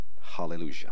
Hallelujah